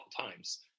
times